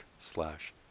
slash